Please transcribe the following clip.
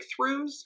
breakthroughs